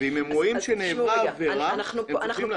ואם הם רואים שנעבירה עבירה הם צריכים לעשות את זה.